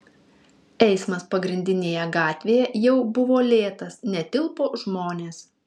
eismas pagrindinėje gatvėje jau buvo lėtas netilpo žmonės